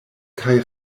kaj